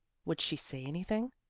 would she say anything?